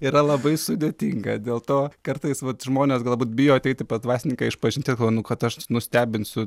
yra labai sudėtinga dėl to kartais vat žmonės galbūt bijo ateiti pas dvasininką išpažinties galvoja nu kad aš nustebinsiu